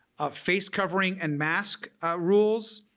face covering and mask rules,